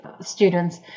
students